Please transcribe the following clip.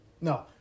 No